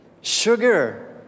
sugar